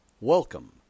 Welcome